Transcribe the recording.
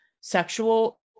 sexual